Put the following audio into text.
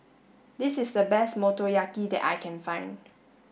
this is the best Motoyaki that I can find